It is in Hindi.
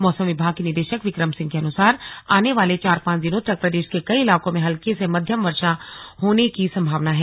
मौसम विभाग के निदेशक बिक्रम सिंह के अनुसार आने वाले चार पांच दिनों तक प्रदेश के कई इलाकों में हल्की से मध्यम वर्षा होने की संभावना है